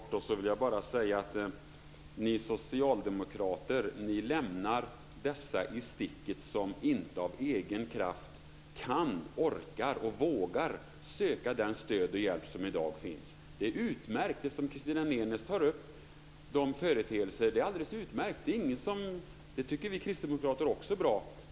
Fru talman! Jag vill bara helt kort säga att ni socialdemokrater lämnar dessa i sticket som inte av egen kraft kan, orkar och vågar söka det stöd och den hjälp som i dag finns. Det är alldeles utmärkt med de företeelser som Christina Nenes tar upp. Det tycker vi kristdemokrater också är bra.